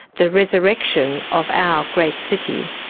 the resurrection of our great city.